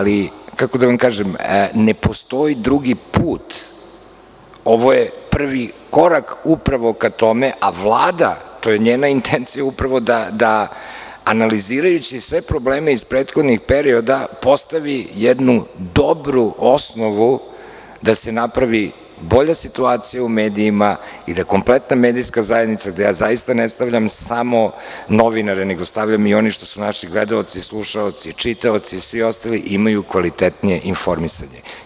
Kako bih vam rekao, ne postoji drugi put, ovo je upravo prvi korak ka tome, a intencija Vlade je da analizirajući sve probleme iz prethodnih perioda postavi jednu dobru osnovu da se napravi bolja situacija u medijima i da kompletna medijska zajednica, gde zaista ne stavljam samo novinare, nego i oni koji su naši gledaoci, slušaoci, čitaoci i svi ostali da imaju kvalitetnije informisanje.